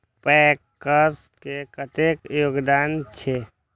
PACS के कतेक योगदान छै?